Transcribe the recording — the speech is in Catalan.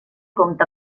compta